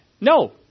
No